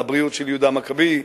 לבריאות של יהודה המכבי,